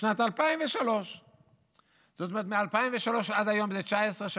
בשנת 2003. זאת אומרת שמ-2003 עד היום זה 19 שנים.